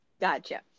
Gotcha